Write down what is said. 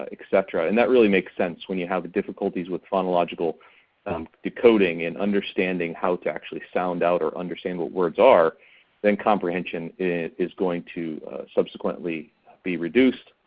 ah et cetera. and that really makes sense when you have difficulties with phonological decoding and understanding how to actually sound out or understand what words are then comprehension is going to subsequently be reduced.